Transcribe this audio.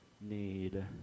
need